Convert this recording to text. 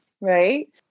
Right